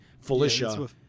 Felicia –